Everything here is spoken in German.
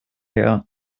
her